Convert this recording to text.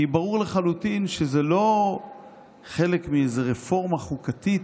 כי ברור לחלוטין שזה לא חלק מרפורמה חוקתית